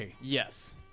Yes